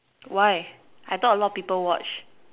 why I thought a lot of people watch